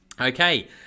Okay